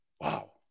Wow